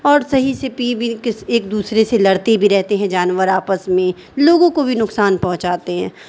اور صحیح سے پی بھی ایک دوسرے سے لڑتے بھی رہتے ہیں جانور آپس میں لوگوں کو بھی نقصان پہنچاتے ہیں